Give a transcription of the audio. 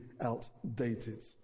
outdated